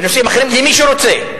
בנושאים אחרים, למי שרוצה,